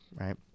right